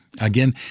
Again